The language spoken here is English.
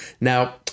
Now